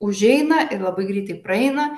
užeina ir labai greitai praeina